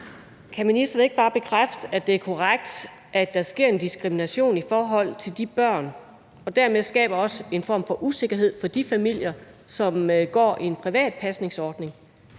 Kan ministeren ikke bare bekræfte, at det er korrekt, at der sker en diskrimination af de børn – og at der dermed også skabes en form for usikkerhed i de familier – som går i en privat pasningsordning,